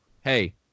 Hey